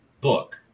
book